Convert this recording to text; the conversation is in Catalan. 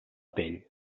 pell